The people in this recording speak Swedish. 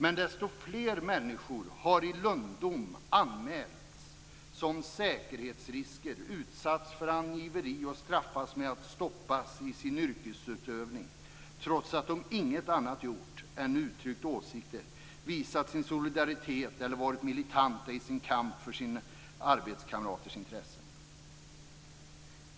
Men desto fler människor har i lönndom anmälts som säkerhetsrisker, utsatts för angiveri och straffats med att stoppas i sin yrkesutövning, trots att de inget annat gjort än uttryckt åsikter, visat sin solidaritet eller varit militanta i sin kamp för sina arbetskamraters intressen.